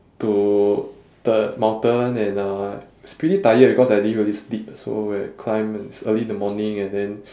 to the mountain and uh I was pretty tired because I didn't really sleep so when I climb it's early in the morning and then